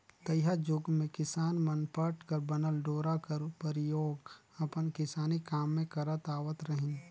तइहा जुग मे किसान मन पट कर बनल डोरा कर परियोग अपन किसानी काम मे करत आवत रहिन